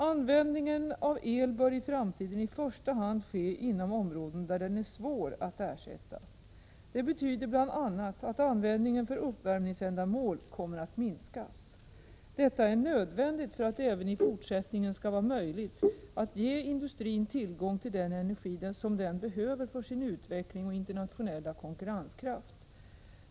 Användningen av el bör i framtiden i första hand ske inom områden där den är svår att ersätta. Det betyder bl.a. att användningen för uppvärmningsändamål kommer att minskas. Detta är nödvändigt för att det även i fortsättningen skall vara möjligt att ge industrin tillgång till den energi som den behöver för sin utveckling och internationella konkurrenskraft.